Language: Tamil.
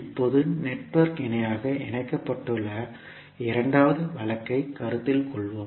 இப்போது நெட்வொர்க் இணையாக இணைக்கப்பட்டுள்ள இரண்டாவது வழக்கைக் கருத்தில் கொள்வோம்